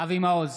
אבי מעוז,